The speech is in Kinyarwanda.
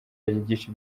yigisha